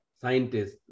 scientists